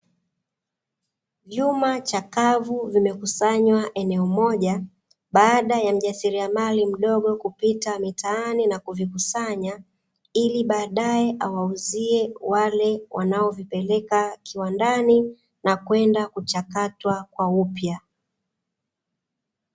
Vyuma chakavu vimekusanywa eneo moja, baada ya mjasiriamali mdogo kupita mitaani na kuvikusanya, ili baadaye awauzie wale wanaovipeleka kiwandani, na kwenda kuchakatwa kwa upya.